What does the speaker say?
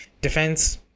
Defense